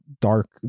dark